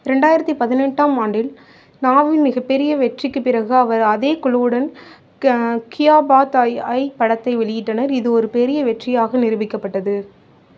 ரெண்டாயிரத்து பதினெட்டாம் ஆண்டில் நாவின் மிகப்பெரிய வெற்றிக்குப் பிறகு அவர் அதே குழுவுடன் க்யா பாத் ஐ படத்தை வெளியிட்டார் இது ஒரு பெரிய வெற்றியாக நிரூபிக்கப்பட்டது